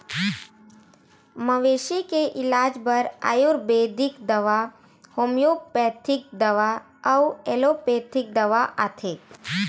मवेशी के इलाज बर आयुरबेदिक दवा, होम्योपैथिक दवा अउ एलोपैथिक दवा आथे